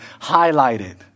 highlighted